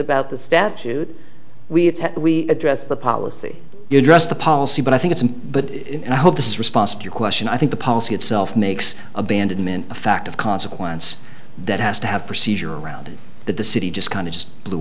about the statute we have to address the policy you address the policy but i think it's but i hope this response to your question i think the policy itself makes abandonment a fact of consequence that has to have procedure around the city just kind of just blew